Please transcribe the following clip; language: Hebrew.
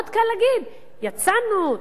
מאוד קל להגיד: יצאנו,